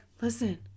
listen